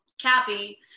Cappy